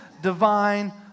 divine